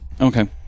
Okay